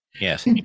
yes